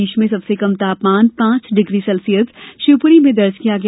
प्रदेश में सबसे कम तापमान पांच डिग्री सेल्सियस शिवपूरी में दर्ज किया गया